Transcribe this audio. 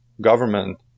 government